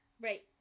Right